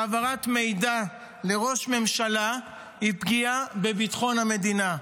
שהעברת מידע לראש ממשלה היא פגיעה בביטחון המדינה?